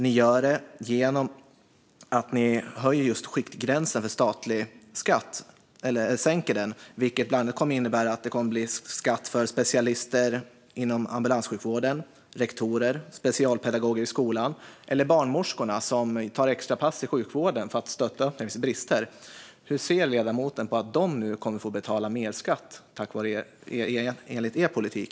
Ni gör det genom att sänka skiktgränsen för statlig skatt, vilket bland annat kommer att innebära att det blir skatt för specialister inom ambulanssjukvården, rektorer, specialpedagoger i skolan och de barnmorskor som tar extra pass i sjukvården för att stötta där det finns brister. Hur ser ledamoten på att de nu kommer att få betala mer skatt med er politik?